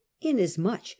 inasmuch